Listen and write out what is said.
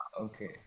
Okay